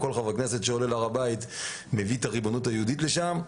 כל חבר כנסת שעולה להר הבית מביא את הריבונות היהודית לשם.